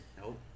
Nope